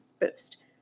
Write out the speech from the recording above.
boost